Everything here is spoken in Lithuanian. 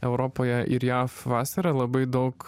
europoje ir jav vasarą labai daug